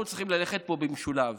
אנחנו צריכים ללכת פה במשולב: